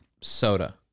soda